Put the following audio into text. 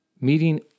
meeting